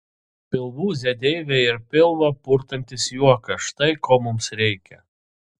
pilvūzė deivė ir pilvą purtantis juokas štai ko mums reikia